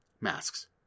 masks